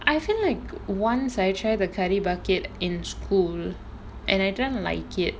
I feel like once I tried the curry bucket in school and I don't like it